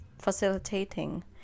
facilitating